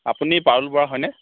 আপুনি পাৰুল বৰুৱা হয়নে